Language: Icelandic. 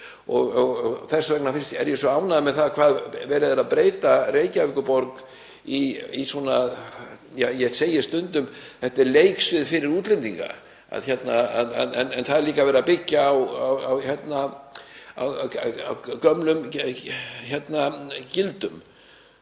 Þess vegna er ég svo ánægður með hvað verið er að breyta Reykjavíkurborg í svona, ja — ég segi stundum: Þetta er leiksvið fyrir útlendinga, en það er líka verið að byggja á gömlum gildum.